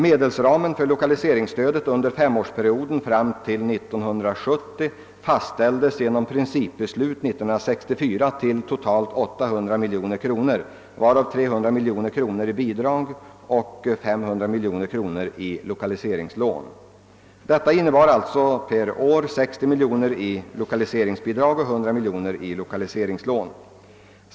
Medelsramen för lokaliseringsstödet under femårsperioden fram till 1970 fastställdes genom principbeslutet 1964 till totalt 800 miljoner kronor, varav 300 miljoner kronor i lokaliseringsbidrag och 500 miljoner kronor i lokaliseringslån. Detta innebär alltså per år 60 miljoner kronor i lokaliseringsbidrag och 100 miljoner kronor i lokaliseringslån.